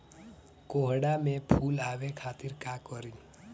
कोहड़ा में फुल आवे खातिर का करी?